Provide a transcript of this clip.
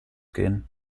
gehen